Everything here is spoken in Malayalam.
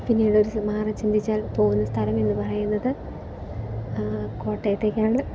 പിന്നീട് ഒരു മാറി ചിന്തിച്ചാൽ പോകുന്നൊരു സ്ഥലമെന്ന് പറയുന്നത് കോട്ടയത്തേക്കാണ്